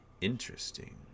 Interesting